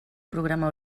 programa